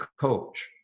coach